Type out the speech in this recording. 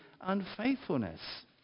unfaithfulness